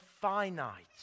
finite